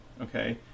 okay